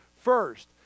First